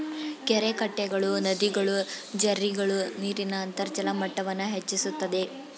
ಕೆರೆಕಟ್ಟೆಗಳು, ನದಿಗಳು, ಜೆರ್ರಿಗಳು ನೀರಿನ ಅಂತರ್ಜಲ ಮಟ್ಟವನ್ನು ಹೆಚ್ಚಿಸುತ್ತದೆ